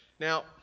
Now